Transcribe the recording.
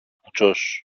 κουτσός